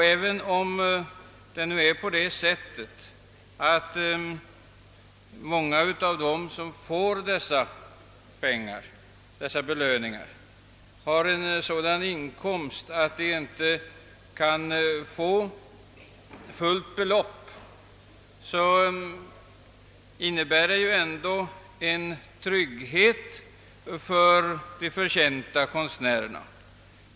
Även om många av dem som belönas har en sådan inkomst att de inte kan få fullt belopp, innebär belöningarna ändå en trygghet för de förtjänta konstnärerna.